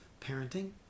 Parenting